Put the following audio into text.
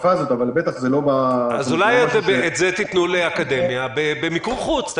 הכפפה הזאת אבל בטח זה לא -- אז אולי את זה תתנו לאקדמיה במיקור חוץ.